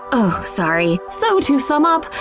oh sorry. so to sum up,